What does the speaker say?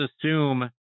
assume